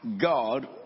God